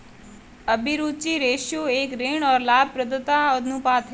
अभिरुचि रेश्यो एक ऋण और लाभप्रदता अनुपात है